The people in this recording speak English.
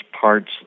parts